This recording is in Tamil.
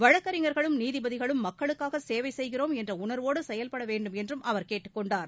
வழக்கறிஞர்களும் நீதிபதிகளும் மக்களுக்காக சேவை செய்கிறோம் என்ற உணர்வோடு செயல்பட வேண்டுமென்றும் அவர் கேட்டுக் கொண்டார்